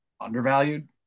undervalued